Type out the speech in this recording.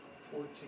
fourteen